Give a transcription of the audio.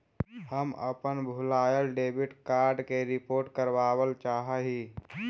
हम अपन भूलायल डेबिट कार्ड के रिपोर्ट करावल चाह ही